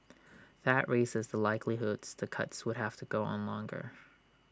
that has raises the likelihood the cuts would have to go on longer